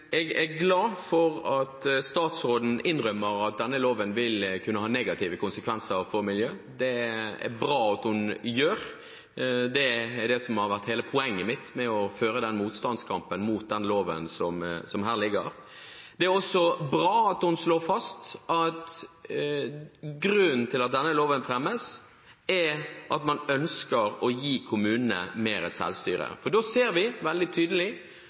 Jeg er glad for at statsråden innrømmer at denne loven vil kunne ha negative konsekvenser for miljøet. Det er det bra at hun gjør. Det er det som har vært hele poenget mitt med å føre den motstandskampen mot denne loven som ligger her. Det er også bra at hun slår fast at grunnen til at denne loven fremmes, er at man ønsker å gi kommunene mer selvstyre. Da ser vi veldig tydelig